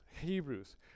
Hebrews